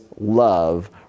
love